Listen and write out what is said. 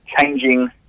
changing